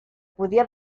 podia